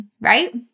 right